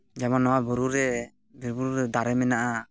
ᱡᱮᱢᱚᱱ ᱱᱚᱣᱟ ᱵᱩᱨᱩᱨᱮ ᱵᱤᱨᱵᱩᱨᱩ ᱨᱮ ᱫᱟᱨᱮ ᱢᱮᱱᱟᱜᱼᱟ